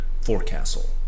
Forecastle